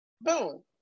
boom